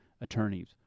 attorneys